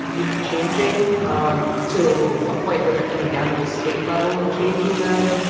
you know, changing um to a point where they're coming down to the state level and changing them.